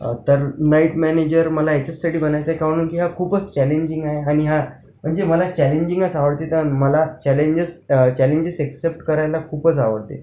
तर night manager मला ह्याच्याचसाठी बनायचं आहे काहून का की हा खूपच चॅलेंजिंग आहे आणि हा म्हणजे मला चॅलेंजींग आवडते तर मला चॅलेंजेस एक्सेप्ट करायला खूपच आवडते